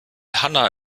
hanna